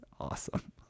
awesome